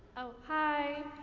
oh hi,